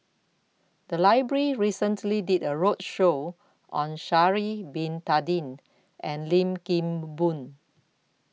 The Library recently did A roadshow on Sha'Ari Bin Tadin and Lim Kim Boon